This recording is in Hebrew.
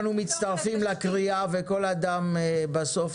אנחנו כולנו מצטרפים לקריאה וכל אדם בסוף